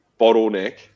bottleneck